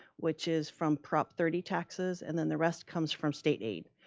which is from prop thirty taxes, and then the rest comes from state aid.